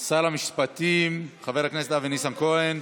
שר המשפטים חבר הכנסת אבי ניסנקורן.